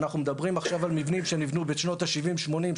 אנחנו מדברים עכשיו על מבנים שנבנו בשנות ה-80-70.